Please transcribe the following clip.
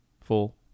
full